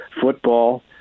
football